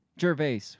Gervais